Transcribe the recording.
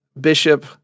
Bishop